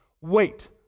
Wait